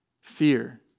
Fear